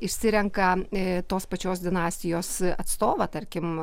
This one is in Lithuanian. išsirenka tos pačios dinastijos atstovą tarkim